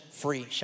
free